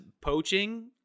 poaching